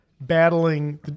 battling